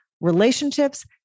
relationships